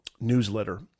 newsletter